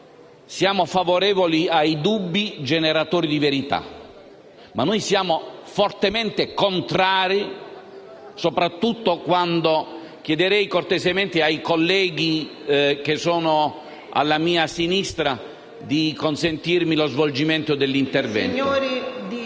siamo favorevoli ai dubbi generatori di verità, ma siamo fortemente contrari, soprattutto quando... *(Brusio).* Chiederei cortesemente ai colleghi che sono alla mia sinistra di consentire lo svolgimento del mio intervento.